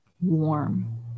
warm